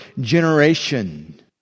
generation